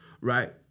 right